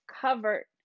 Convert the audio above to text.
covered